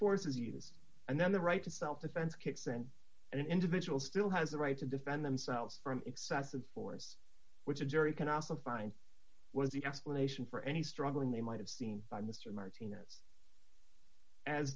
force is used and then the right to self defense kicks in and individual still has the right to defend themselves from excessive force which a jury can also find was the explanation for any struggling they might have seen by mr martinez a